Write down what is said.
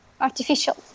artificial